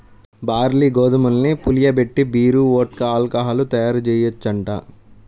barley, గోధుమల్ని పులియబెట్టి beer, vodka, alcohol తయ్యారుజెయ్యొచ్చంట